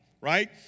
right